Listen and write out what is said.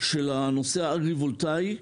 של הנושא האגרי-וולטאי,